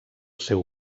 seu